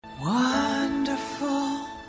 Wonderful